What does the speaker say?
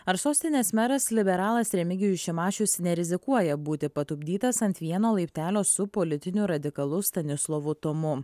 ar sostinės meras liberalas remigijus šimašius nerizikuoja būti patupdytas ant vieno laiptelio su politiniu radikalu stanislovu tomu